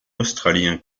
australien